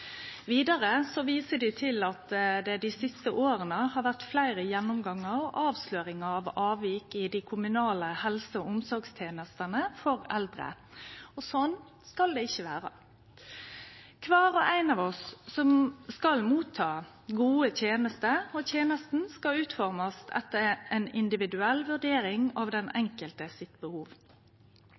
Vidare viser dei til at det dei siste åra har vore fleire gjennomgangar og avsløringar av avvik i dei kommunale helse- og omsorgstenestene for eldre. Slik skal det ikkje vere. Kvar og ein av oss skal få gode tenester, og tenestene skal formast ut etter ei individuell vurdering av behovet til den enkelte.